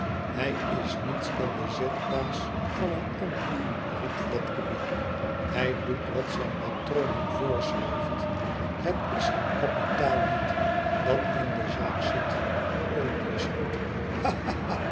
hij is niets dan de zetbaas van een ander riep fledgeby hij doet wat zijn patroon hem voorschrijft het is zijn kapitaal niet dat in de zaak zit o die is goed